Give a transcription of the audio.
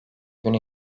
günü